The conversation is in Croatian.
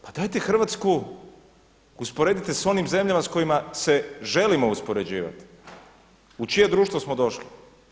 Pa dajte Hrvatsku usporedite s onim zemljama s kojima se želimo uspoređivati u čije društvo smo došli.